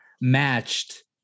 matched